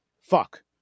Fuck